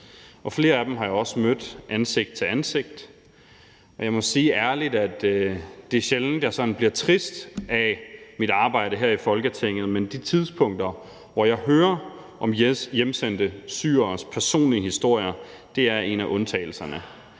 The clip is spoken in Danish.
Flere af dem har jeg også mødt ansigt til ansigt, og jeg må sige ærligt, at det er sjældent, at jeg sådan bliver trist af mit arbejde her i Folketinget, men de tidspunkter, hvor jeg hører om hjemsendte syreres personlige historier, er en af undtagelserne.